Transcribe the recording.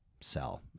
sell